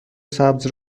سبز